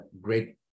great